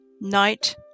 night